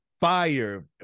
fire